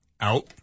Out